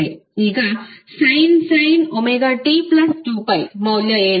ಈಗ sin ωt2π ಮೌಲ್ಯ ಏನು